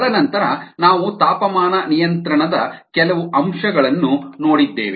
ತದನಂತರ ನಾವು ತಾಪಮಾನ ನಿಯಂತ್ರಣದ ಕೆಲವು ಅಂಶಗಳನ್ನು ನೋಡಿದ್ದೇವೆ